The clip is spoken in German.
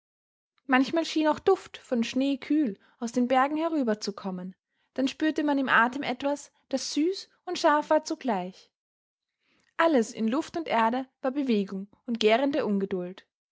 manchmal schien auch duft von schnee kühl aus den bergen herüberzukommen dann spürte man im atem etwas das süß und scharf war zugleich alles in luft und erde war bewegung und gärende ungeduld